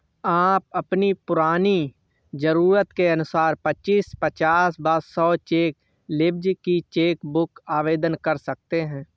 आप अपनी जरूरत के अनुसार पच्चीस, पचास व सौ चेक लीव्ज की चेक बुक आवेदन कर सकते हैं